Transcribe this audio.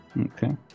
Okay